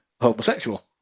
homosexual